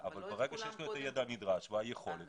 אבל ברגע שיש לו את הידע הנדרש והיכולת,